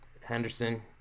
Henderson